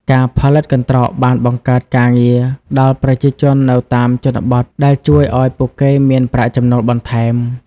ការផលិតកន្ត្រកបានបង្កើតការងារដល់ប្រជាជននៅតាមជនបទ ដែលជួយឲ្យពួកគេមានប្រាក់ចំណូលបន្ថែម។